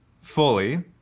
fully